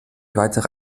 weitere